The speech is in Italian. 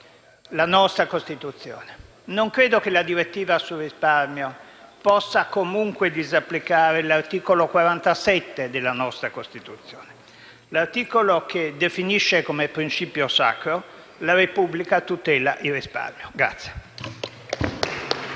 la nostra Costituzione. Non credo che la direttiva sul risparmio possa, comunque, disapplicare l'articolo 47 della nostra Costituzione, l'articolo che definisce, come principio sacro, che la Repubblica tutela il risparmio.